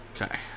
Okay